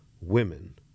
women